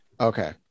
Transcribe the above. okay